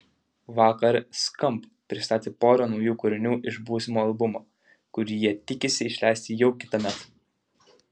vakar skamp pristatė porą naujų kūrinių iš būsimo albumo kurį jie tikisi išleisti jau kitąmet